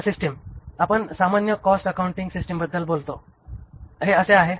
आता सिस्टिम आपण सामान्यकॉस्ट अकाउंटिंग सिस्टिमबद्दल बोलता हे असे आहे